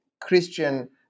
Christian